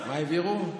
מה העבירו?